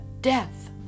death